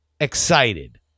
excited